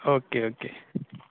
okay okay